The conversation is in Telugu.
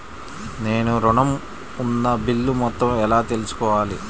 నేను ఋణం ఉన్న బిల్లు మొత్తం ఎలా తెలుసుకోవాలి?